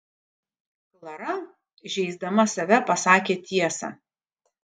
klara žeisdama save pasakė tiesą